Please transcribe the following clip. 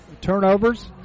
Turnovers